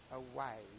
away